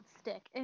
stick